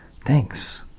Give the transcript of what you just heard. thanks